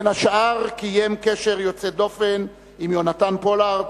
בין השאר קיים קשר יוצא דופן עם יונתן פולארד,